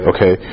Okay